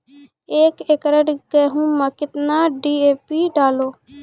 एक एकरऽ गेहूँ मैं कितना डी.ए.पी डालो?